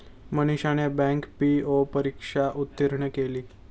मनीषाने bank PO परीक्षा उत्तीर्ण केली